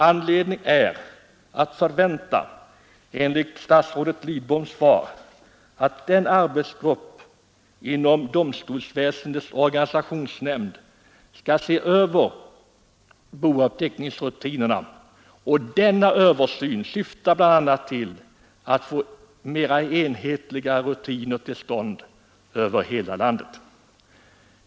Anledning är att förvänta, enligt statsrådet Lidboms svar, att en arbetsgrupp inom domstolsväsendets organisationsnämnd skall se över bouppteckningsrutinerna, och denna översyn syftar bl.a. till att få enhetliga rutiner till stånd över hela landet.